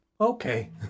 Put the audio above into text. Okay